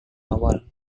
awal